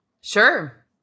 Sure